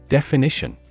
Definition